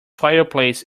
fireplace